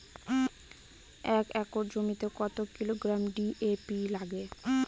এক একর জমিতে কত কিলোগ্রাম ডি.এ.পি লাগে?